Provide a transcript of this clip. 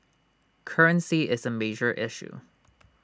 currency is A major issue